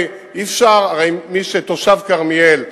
מי שהוא תושב כרמיאל,